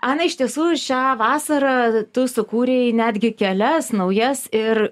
ana iš tiesų šią vasarą tu sukūrei netgi kelias naujas ir